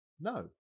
No